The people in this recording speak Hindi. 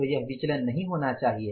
तो यह विचलन नहीं होना चाहिए